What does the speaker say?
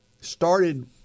started